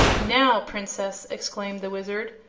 now, princess, exclaimed the wizard,